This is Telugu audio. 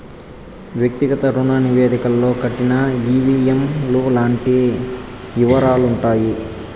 వ్యక్తిగత రుణ నివేదికలో కట్టిన ఈ.వీ.ఎం లు లాంటి యివరాలుంటాయి